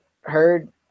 heard